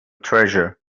treasure